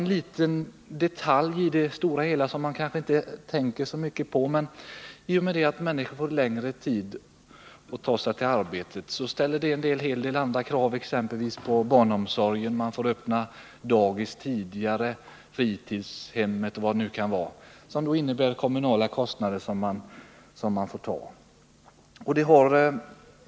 En liten detalj i det stora hela, som man inte tänker så mycket på, är att i och med att människor behöver längre tid för att ta sig till arbetet, så ställer det en hel del andra krav, exempelvis på barnomsorgen — man får öppna daghem och fritidshem tidigare m.m. Det innebär alltså kommunala kostnader.